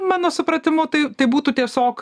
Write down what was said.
mano supratimu tai tai būtų tiesiog